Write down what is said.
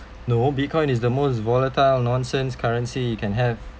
no bitcoin is the most volatile nonsense currency you can have